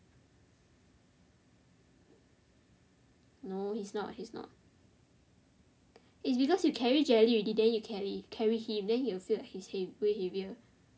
no he's not he's not it's because you carry jelly already then you cally~ carry him then he will feel like he is way heavier